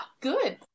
good